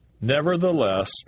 Nevertheless